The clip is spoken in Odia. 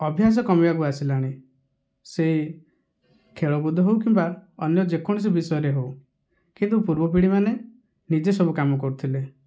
ଅଭ୍ୟାସ କମିବାକୁ ଆସିଲାଣି ସେଇ ଖେଳକୁଦ ହେଉ କିମ୍ବା ଅନ୍ୟ ଯେକୌଣସି ବିଷୟରେ ହେଉ କିନ୍ତୁ ପୂର୍ବ ପିଢ଼ିମାନେ ନିଜେ ସବୁ କାମ କରୁଥିଲେ